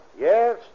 Yes